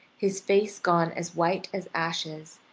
his face gone as white as ashes,